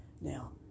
Now